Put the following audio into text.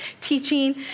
teaching